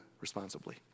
responsibly